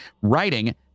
writing